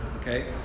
okay